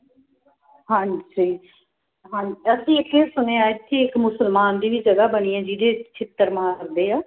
ਹਾਂਜੀ ਹਾਂਜੀ ਅਸੀਂ ਇੱਥੇ ਸੁਣਿਆ ਇੱਥੇ ਇਕ ਮੁਸਲਮਾਨ ਦੀ ਵੀ ਜਗ੍ਹਾ ਬਣੀ ਹੈ ਜਿਹਦੇ ਛਿੱਤਰ ਮਾਰਦੇ ਆ